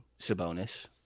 Sabonis